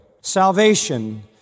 salvation